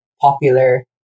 popular